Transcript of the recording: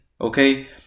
Okay